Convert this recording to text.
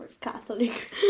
catholic